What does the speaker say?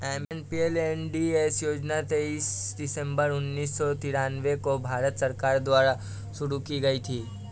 MPLADS योजना तेईस दिसंबर उन्नीस सौ तिरानवे को भारत सरकार द्वारा शुरू की गयी थी